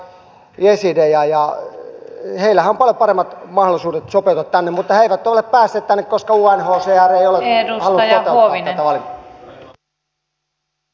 heillähän on paljon paremmat mahdollisuudet sopeutua tänne mutta he eivät ole päässeet tänne koska unhcr ei ole halunnut toteuttaa tätä valintaa